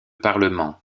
parlement